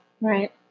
Right